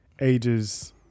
ages